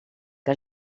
que